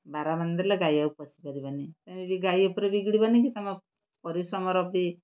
ବାଡ଼ ବାନ୍ଧିଦେଲେ ଗାଈ ଆଉ ପଶିପାରିବନି ତେଣୁ ବି ଗାଈ ଉପରେ ବିଗିଡ଼ିବ ନି କି ତମ ପରିଶ୍ରମର ବି